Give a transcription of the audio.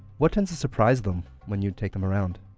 what tends to surprise them when you take them around?